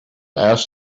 asked